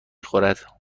خورد